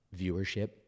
viewership